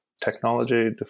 Technology